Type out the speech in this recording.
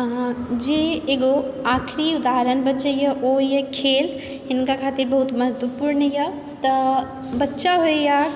अहाँ जे एगो आखिरी उदाहरण बचैए ओए खेल हिनका खातिर बहुत महत्वपुर्णए तऽ बच्चा होइए